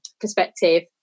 perspective